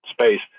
space